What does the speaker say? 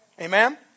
Amen